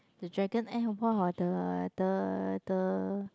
the Dragon Air !wah! the the the